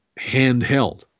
handheld